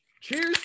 Cheers